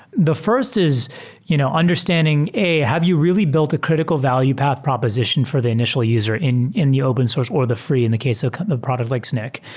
the first is you know understanding a, have you really built a critical value path proposition for the initial user in in the open source, or the free in the case so kind of of a product like snyk?